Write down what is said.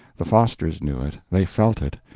the fosters knew it, they felt it,